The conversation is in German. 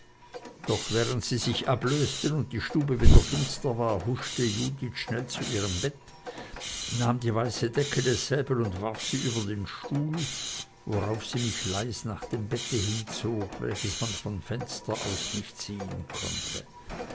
doch während sie sich ablösten und die stube wieder finster war huschte judith schnell zu ihrem bett nahm die weiße decke desselben und warf sie über den stuhl worauf sie mich leis nach dem bett hinzog welches man vom fenster aus nicht sehen konnte